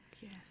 Yes